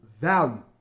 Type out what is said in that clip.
value